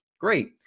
Great